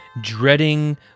dreading